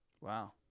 Wow